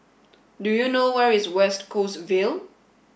do you know where is West Coast Vale